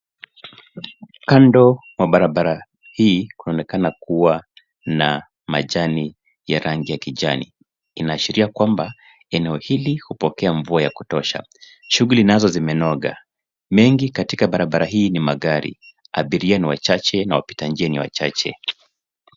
Kando mwa barabara hii kunaonekana kuwa na majani ya rangi ya kijani. Inaashiria kwamba, eneo hili hupokea mvua ya kutosha . Shughuli nazo zimenoga mingi katika barabara hii ni magari abiria ni wachache na wapita njia ni wachache.